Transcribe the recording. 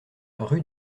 rue